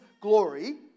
glory